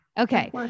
Okay